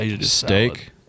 Steak